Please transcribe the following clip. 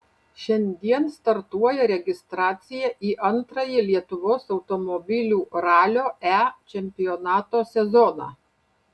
šiandien startuoja registracija į antrąjį lietuvos automobilių ralio e čempionato sezoną